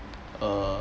err